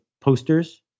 posters